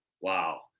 Wow